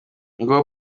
nguwo